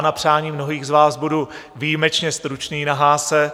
Na přání mnohých z vás budu výjimečně stručný na Haase.